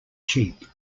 cheap